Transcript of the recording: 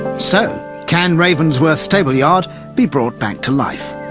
so can ravensworth stable-yard be brought back to life?